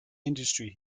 industry